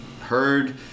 heard